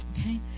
Okay